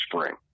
spring